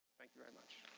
thank you very much.